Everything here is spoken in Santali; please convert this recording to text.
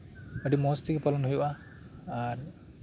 ᱟᱹᱰᱤ ᱢᱚᱸᱡ ᱛᱮᱜᱮ ᱯᱟᱞᱚᱱ ᱦᱩᱭᱩᱜᱼᱟ ᱟᱨ